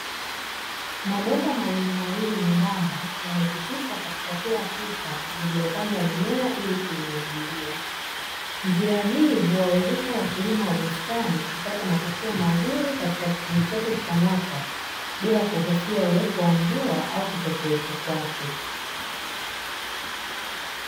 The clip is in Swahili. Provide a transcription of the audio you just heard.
mabomba mawili mawili membamba yamepitishwa katika kila tuta lililopandwa mimea ili kuimwagilia, njia hii huwawezesha wakulima wa bustani kupata matokeo mazuri katika kipindi chote cha mwaka bila kuhofia uwepo wa mvua au kutokuwepo kwake.